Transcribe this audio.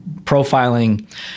profiling